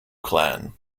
clan